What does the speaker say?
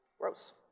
gross